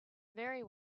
very